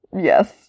Yes